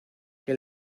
que